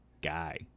guy